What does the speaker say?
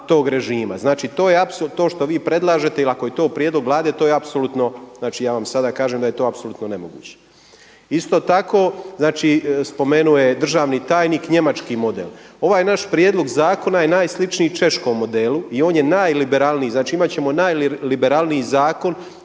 to što vi predlažete ili ako je to prijedlog Vlade to je apsolutno znači ja vam sada kažem da je to apsolutno nemoguće. Isto tako, znači spomenuo je državni tajnik njemački model. Ovaj naš prijedlog zakona je najsličniji češkom modelu i on je najliberalniji, znači imat ćemo najliberalniji zakon